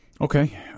Okay